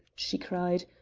she cried.